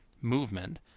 movement